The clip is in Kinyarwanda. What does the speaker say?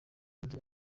mvuga